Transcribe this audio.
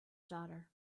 daughter